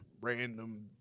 Random